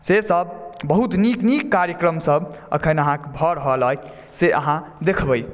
से सभ बहुत नीक नीक कार्क्रम सभ एखन अहाँके भऽ रहल अछि से अहाँ देखबै